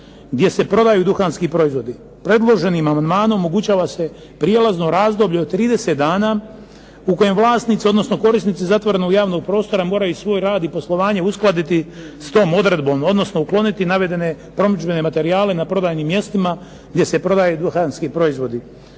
gdje se prodaju duhanski proizvodi. Predloženim amandmanom omogućava se prijelazno razdoblje od 30 dana u kojem vlasnici, odnosno korisnici zatvorenog javnog prostora, moraju svoj rad i poslovanje uskladiti s tom odredbom, odnosno ukloniti navedene promidžbene materijale na prodajnim mjestima gdje se prodaju duhanski proizvodi.